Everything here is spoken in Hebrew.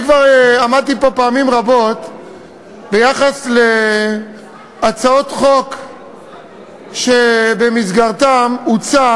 אני כבר עמדתי פה פעמים רבות ביחס להצעות חוק שבמסגרתן הוצע